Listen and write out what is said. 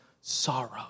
sorrow